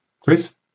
Chris